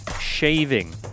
shaving